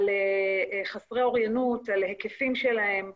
על חסרי אוריינות, על ההיקפים שלהם וכולי.